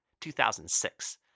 2006